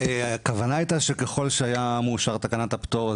הכוונה הייתה שככל שהיה מאושר תקנת הפטור,